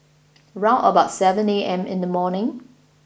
round about seven A M in the morning